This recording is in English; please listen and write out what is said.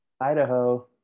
idaho